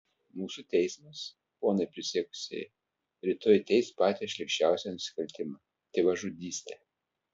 mūsų teismas ponai prisiekusieji rytoj teis patį šlykščiausią nusikaltimą tėvažudystę